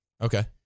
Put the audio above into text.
Okay